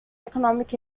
economic